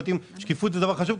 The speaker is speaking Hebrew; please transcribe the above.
שקיפות זה דבר חשוב,